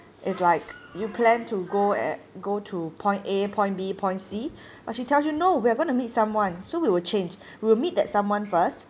it's like you plan to go at go to point A point B point C but she tells you no we're going to meet someone so we will change we'll meet that someone first